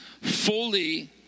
fully